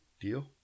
deal